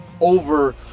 over